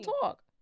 talk